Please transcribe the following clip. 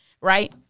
Right